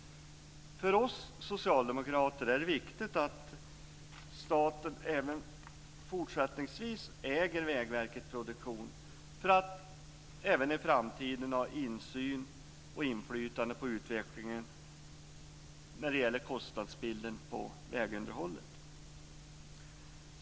För oss socialdemokrater är det viktigt att staten också fortsättningsvis äger Vägverket Produktion för att även i framtiden ha insyn i och inflytande över utvecklingen och kostnadsbilden när det gäller vägunderhållet.